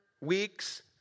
weeks